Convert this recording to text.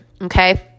Okay